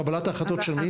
קבלת ההחלטות של מי?